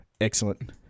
Excellent